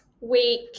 Week